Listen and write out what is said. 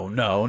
no